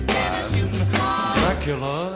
Dracula